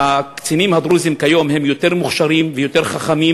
שהקצינים הדרוזים כיום הם יותר מוכשרים ויותר חכמים,